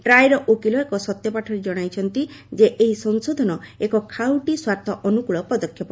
ଟ୍ରାଇର ଓକିଲ ଏକ ସତ୍ୟପାଠରେ ଜଣାଇଛନ୍ତି ଯେ ଏହି ସଂଶୋଧନ ଏକ ଖାଉଟି ସ୍ୱାର୍ଥ ଅନୁକୂଳ ପଦକ୍ଷେପ